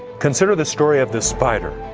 consider the story of the spider.